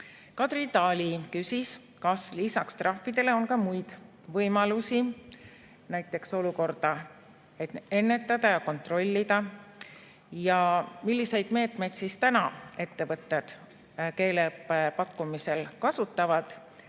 Kadri Tali küsis, kas lisaks trahvidele on ka muid võimalusi näiteks olukorda ennetada ja kontrollida ja milliseid meetmeid siis täna ettevõtted keeleõppe pakkumisel kasutavad.